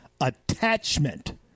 attachment